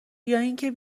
اینکه